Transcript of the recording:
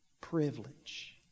privilege